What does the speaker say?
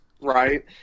Right